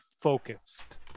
focused